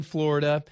Florida